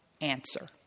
answer